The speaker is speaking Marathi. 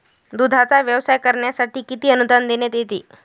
दूधाचा व्यवसाय करण्यासाठी किती अनुदान देण्यात येते?